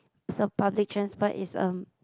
so public transport is um